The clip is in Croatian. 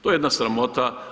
TO je jedna sramota.